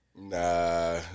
Nah